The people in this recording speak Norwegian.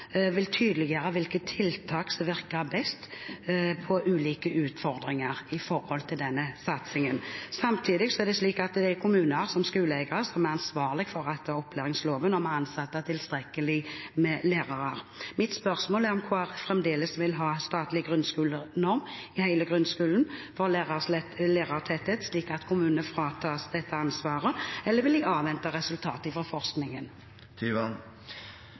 vil tydeliggjøre hvilke tiltak som virker best på ulike utfordringer i forhold til denne satsingen. Samtidig er det slik at det er kommunen som skoleeier som er ansvarlig etter opplæringsloven for å ansette tilstrekkelig med lærere. Mitt spørsmål er om Kristelig Folkeparti fremdeles vil ha statlig norm for lærertetthet i hele grunnskolen, slik at kommunene fratas dette ansvaret. Eller vil de avvente resultatet fra forskningen?